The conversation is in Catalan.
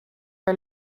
que